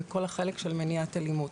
וכל החלק של מניעת אלימות.